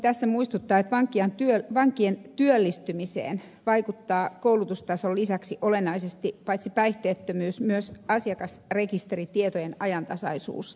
haluaisinkin tässä muistuttaa että vankien työllistymiseen vaikuttaa koulutustason lisäksi olennaisesti paitsi päihteettömyys myös asiakasrekisteritietojen ajantasaisuus